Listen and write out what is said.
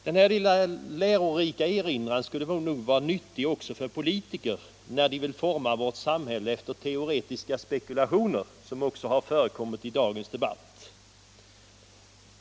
Denna lilla lärorika erinran skulle vara nyttig också för politiker när de vill forma vårt samhälle efter teoretiska spekulationer —- som också har förekommit i dagens debatt.